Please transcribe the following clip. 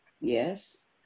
Yes